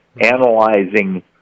analyzing